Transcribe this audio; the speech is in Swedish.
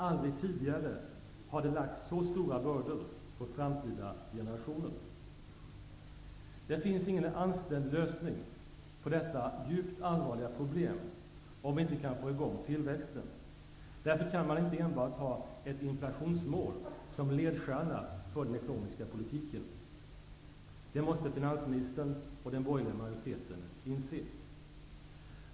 Aldrig tidigare har det lagts så stora bördor på framtida generationer. Det finns ingen anständig lösning på detta djupt allvarliga problem om vi inte kan få i gång tillväxten. Därför kan man inte enbart ha ett inflationsmål som ledstjärna för den ekonomiska politiken. Det måste finansministern och den borgerliga majoriteten inse.